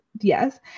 Yes